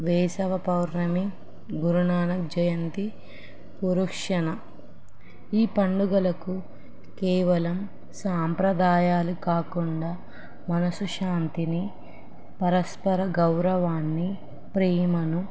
వేసవ పౌర్ణమి గురునానక్ జయంతి పురుక్షణ ఈ పండుగలకు కేవలం సాంప్రదాయాలు కాకుండా మనసు శాంతిని పరస్పర గౌరవాన్ని ప్రేమను